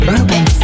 Urban